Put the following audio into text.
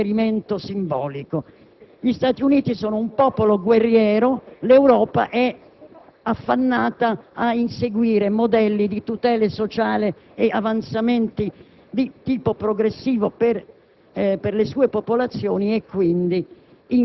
ha Venere come suo riferimento simbolico. Gli Stati Uniti sono un popolo guerriero; l'Europa è affannata ad inseguire modelli di tutela sociale ed avanzamenti di tipo progressivo per